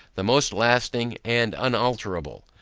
the most lasting and unalterable.